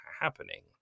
happening